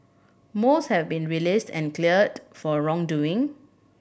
most have been released and cleared for wrongdoing